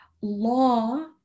law